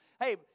Hey